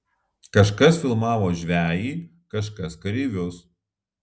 kažkas filmavo žvejį kažkas kareivius